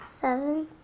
seven